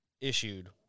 issued